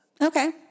Okay